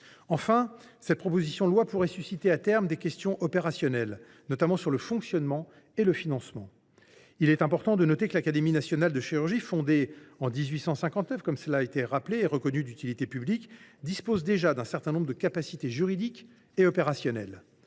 Cette proposition de loi pourrait susciter à terme des questions opérationnelles, notamment sur le fonctionnement et le financement. Il est important de noter que l’Académie nationale de chirurgie, fondée – cela a été rappelé – en 1859 et reconnue d’utilité publique, dispose déjà d’un certain nombre de capacités juridiques et opérationnelles.